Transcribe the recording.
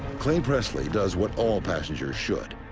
clay presley does what all passengers should,